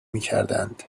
میکردند